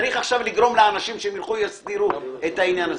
צריך עכשיו לגרום לאנשים שיסדירו את העניין הזה.